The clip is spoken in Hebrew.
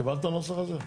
קיבלת את הנוסח הזה?